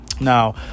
Now